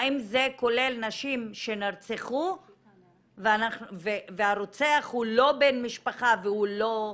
האם זה כולל נשים שנרצחו והרוצח הוא לא בן משפחה והוא לא -- בוודאי,